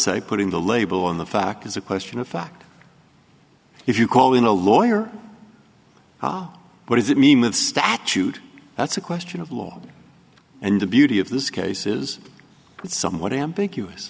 say putting the label on the fact is a question of fact if you call in a lawyer what does it mean with a statute that's a question of law and the beauty of this case is it's somewhat ambiguous